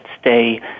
stay